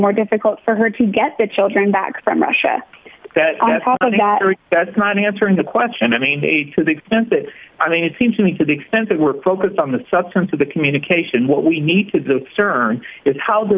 more difficult for her to get the children back from russia that that's not answering the question i mean made to the extent that i mean it seems to me to the extent that we're focused on the substance of the communication what we need to